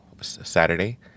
saturday